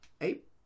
eight